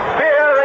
fear